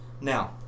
Now